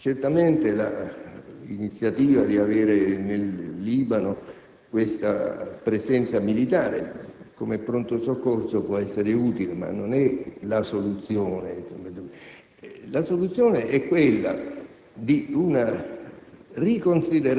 certamente l'iniziativa di avere in Libano una presenza militare come pronto soccorso può essere utile, ma non è la soluzione. La soluzione è quella di una